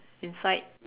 inside